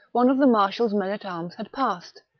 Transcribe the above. one of the marshal's men at arms had passed,